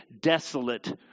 desolate